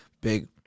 Big